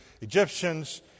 Egyptians